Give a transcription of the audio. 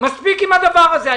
מספיק עם הדבר הזה.